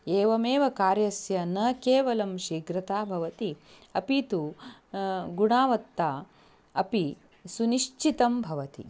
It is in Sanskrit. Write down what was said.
एवमेव कार्यस्य न केवलं शीघ्रता भवति अपि तु गुणवत्ता अपि सुनिश्चितं भवति